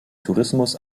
tourismus